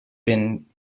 been